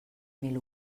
mil